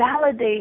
validate